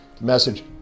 message